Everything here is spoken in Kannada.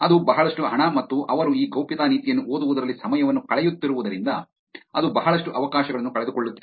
ಅದು ಬಹಳಷ್ಟು ಹಣ ಮತ್ತು ಅವರು ಈ ಗೌಪ್ಯತಾ ನೀತಿಯನ್ನು ಓದುವುದರಲ್ಲಿ ಸಮಯವನ್ನು ಕಳೆಯುತ್ತಿರುವುದರಿಂದ ಅದು ಬಹಳಷ್ಟು ಅವಕಾಶಗಳನ್ನು ಕಳೆದುಕೊಳ್ಳುತ್ತಿದೆ